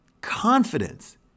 confidence